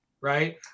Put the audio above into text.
Right